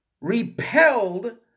repelled